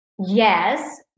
yes